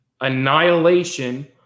Annihilation